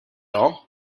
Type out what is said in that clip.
all